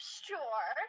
sure